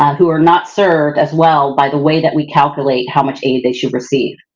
who are not served as well by the way that we calculate how much aid they should receive.